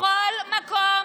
בכל מקום,